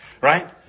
Right